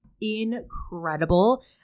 incredible